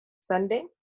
Sunday